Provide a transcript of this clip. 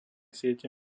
siete